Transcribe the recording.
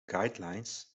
guidelines